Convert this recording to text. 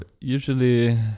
usually